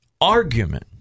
argument